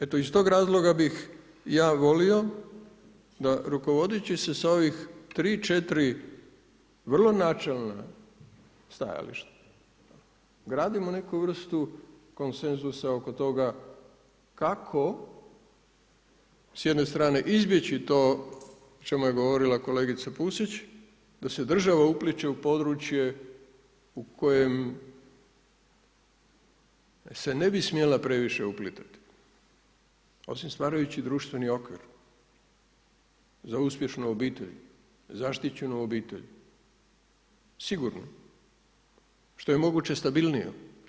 Eto iz tog razloga bih ja volio da rukovodeći se sa ovih 3, 4 vrlo načelna stajališta gradimo neku vrstu konsenzusa oko toga kako s jedne strane izbjeći to o čemu je ogovorila kolegica Pusić da se država upliće u područje u kojem se ne bi smjela previše uplitati osim stvarajući društveni okvir za uspješnu obitelj, zaštićenu obitelj, sigurno što je moguće stabilnije.